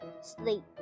sleep